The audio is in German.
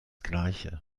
gleiche